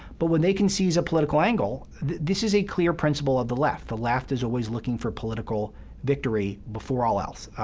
but when they can seize a political angle, this is a clear principle of the left. the left is always looking for political victory before all else.